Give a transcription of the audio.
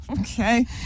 Okay